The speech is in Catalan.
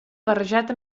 barrejat